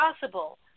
possible